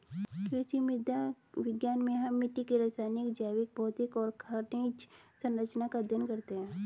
कृषि मृदा विज्ञान में हम मिट्टी की रासायनिक, जैविक, भौतिक और खनिज सरंचना का अध्ययन करते हैं